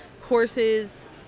courses